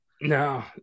No